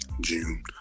June